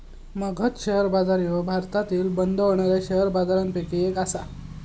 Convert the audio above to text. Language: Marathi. मगध शेअर बाजार ह्यो भारतातील बंद होणाऱ्या शेअर बाजारपैकी एक आसा